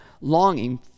longing